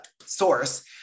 source